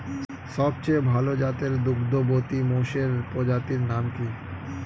সবচেয়ে ভাল জাতের দুগ্ধবতী মোষের প্রজাতির নাম কি?